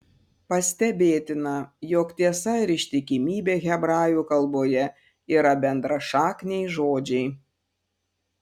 pastebėtina jog tiesa ir ištikimybė hebrajų kalboje yra bendrašakniai žodžiai